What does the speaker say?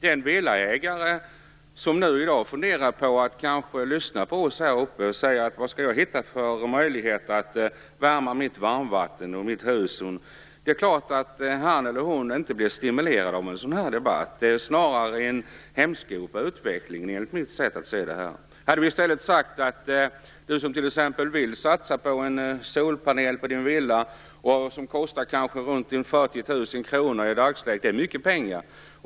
Den villaägare som kanske lyssnar på oss i dag undrar vad han eller hon skall hitta för möjligheter att värma sitt varmvatten och sitt hus. Han eller hon blir naturligtvis inte stimulerad av en sådan här debatt. Det är snarare en hämsko på utvecklingen enligt mitt sätt att se det. Den som vill satsa på en solpanel på sin villa får kanske betala runt 40 000 kr i dagsläget. Det är mycket pengar.